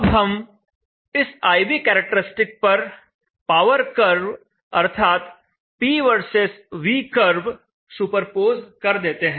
अब हम इस I V कैरेक्टरिस्टिक पर पावर कर्व अर्थात P versus V curve superpose कर देते हैं